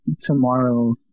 tomorrow